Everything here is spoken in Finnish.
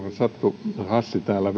satu hassi täällä